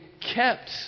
kept